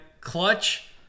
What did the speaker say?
Clutch